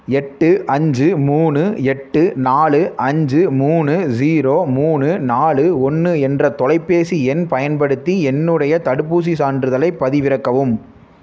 எட்டு அஞ்சு மூணு எட்டு நாலு அஞ்சு மூணு ஜீரோ மூணு நாலு ஒன்று என்ற தொலைபேசி எண் பயன்படுத்தி என்னுடைய தடுப்பூசிச் சான்றிதழை பதிவிறக்கவும்